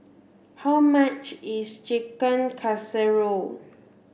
how much is Chicken Casserole